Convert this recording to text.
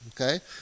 Okay